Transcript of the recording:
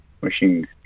Wishing